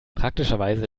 praktischerweise